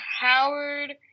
Howard